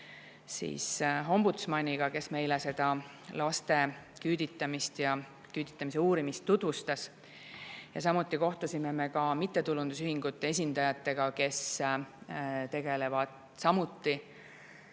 ka ombudsmaniga, kes meile laste küüditamist ja küüditamise uurimist tutvustas. Samuti kohtusime mittetulundusühingute esindajatega, kes tegelevad ka